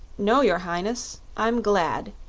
no, your highness i'm glad,